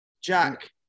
Jack